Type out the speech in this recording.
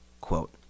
quote